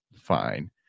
fine